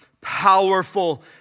powerful